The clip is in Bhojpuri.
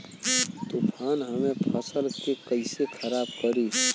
तूफान हमरे फसल के कइसे खराब करी?